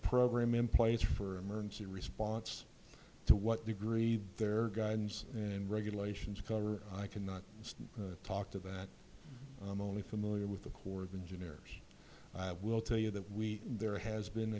program in place for emergency response to what degree their guidance and regulations cover i cannot talk to that i'm only familiar with the corps of engineers i will tell you that we there has been